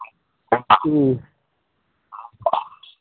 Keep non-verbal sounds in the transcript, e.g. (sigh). (unintelligible) ꯎꯝ (unintelligible)